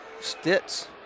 Stitz